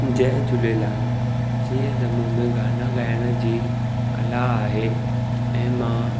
जय झूलेलाल जीअं त मूं में ॻाना ॻाइण जी कला आहे ऐं मां